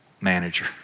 manager